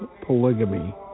polygamy